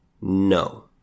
No